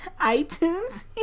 iTunes